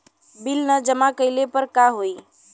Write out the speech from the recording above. Bill न जमा कइले पर का होई?